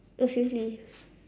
oh seriously